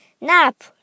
Nap